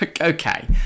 Okay